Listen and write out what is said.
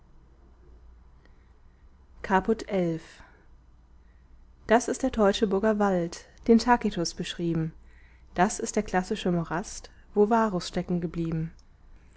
caput xi das ist der teutoburger wald den tacitus beschrieben das ist der klassische morast wo varus